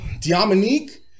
Dominique